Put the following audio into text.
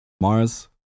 mars